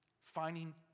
finding